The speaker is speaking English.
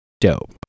dope